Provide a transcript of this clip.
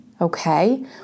Okay